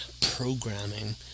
programming